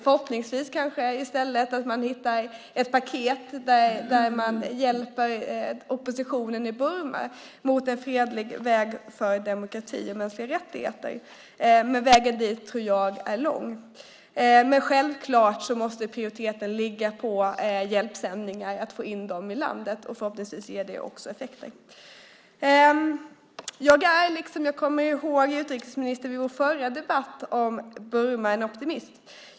Förhoppningsvis kan man i stället hitta ett paket som hjälper oppositionen i Burma till en fredlig väg för demokrati och mänskliga rättigheter, men vägen dit tror jag är lång. Men självklart måste prioriteten vara att få in hjälpsändningar i landet, och förhoppningsvis ger det också effekter. Jag kommer ihåg utrikesministern som en optimist vid vår förra debatt om Burma.